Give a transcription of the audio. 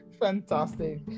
fantastic